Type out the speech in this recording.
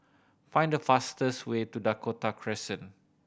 find the fastest way to Dakota Crescent